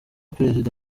perezida